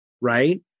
right